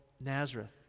Nazareth